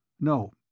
No